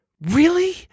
Really